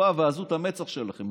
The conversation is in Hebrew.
החוצפה ועזות המצח שלכם.